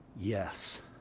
yes